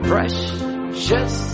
Precious